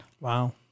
wow